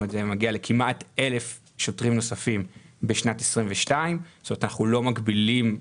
כך שהמספר מגיע לכמעט 1,000 שוטרים נוספים בשנת 2022. אנחנו לא מגבילים.